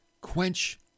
quench